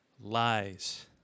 lies